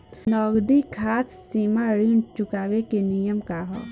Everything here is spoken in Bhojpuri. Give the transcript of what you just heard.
नगदी साख सीमा ऋण चुकावे के नियम का ह?